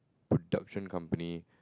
production company